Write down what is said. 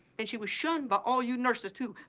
and she was shunned by all you nurses, too.